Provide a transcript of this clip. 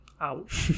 out